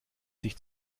sich